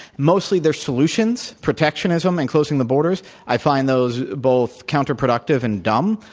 mostly their solutions, protectionism and closing the borders. i find those both counterproductive and dumb,